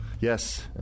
yes